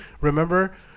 remember